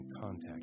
contact